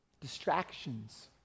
Distractions